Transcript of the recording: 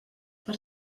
per